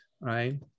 right